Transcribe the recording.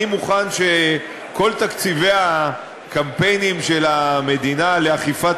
אני מוכן שכל תקציבי הקמפיינים של המדינה לאכיפת